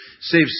save